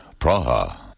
Praha